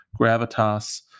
gravitas